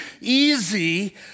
easy